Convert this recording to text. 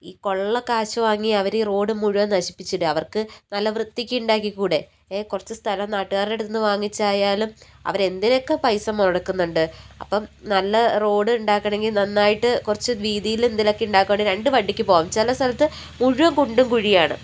ഈ കൊള്ള കാശ് വാങ്ങി അവര് മുഴുവൻ നശിപ്പിച്ചിടുവാ അവർക്ക് നല്ല വൃത്തിക്ക് ഉണ്ടാക്കി കൂടെ എ കുറച്ച് സ്ഥലം നാട്ടുകാരുടെ അടുത്ത്ന്ന് വാങ്ങിച്ചായാലും അവര് എന്തിനക്കെ പൈസ മുടക്കുന്നുണ്ട് അപ്പം നല്ല റോഡ് ഉണ്ടാകണമെങ്കിൽ നന്നായിട്ട് കുറച്ച് വീതിയില് എന്തേലക്കെ ഉണ്ടാക്കുവനെങ്കില് രണ്ട് വണ്ടിക്ക് പോകാം ചില സ്ഥലത്ത് മുഴുവൻ കുണ്ടും കുഴിയാണ്